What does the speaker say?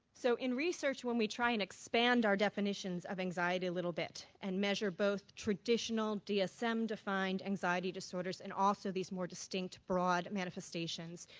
so in research when we try and expand our definitions of anxiety a little bit and measure both traditional dsm-defined anxiety disorders and also these more distinct, broad manifestations,